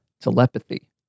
telepathy